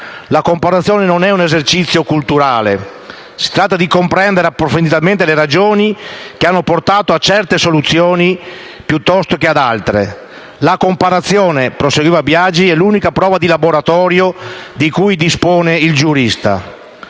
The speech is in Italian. La comparazione non è semplice esercizio culturale. Si tratta invece di comprendere approfonditamente le ragioni che hanno portato a certe soluzioni piuttosto che ad altre». La comparazione - proseguiva Biagi - «è l'unica prova di laboratorio di cui dispone il giurista».